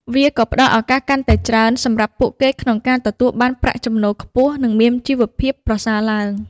វាក៏ផ្តល់ឱកាសកាន់តែច្រើនសម្រាប់ពួកគេក្នុងការទទួលបានប្រាក់ចំណូលខ្ពស់និងមានជីវភាពប្រសើរឡើង។